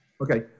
Okay